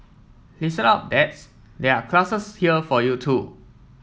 listen up dads there are classes here for you too